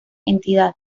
entidad